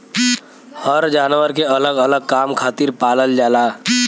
हर जानवर के अलग अलग काम खातिर पालल जाला